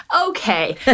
okay